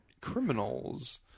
criminals